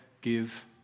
give